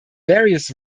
various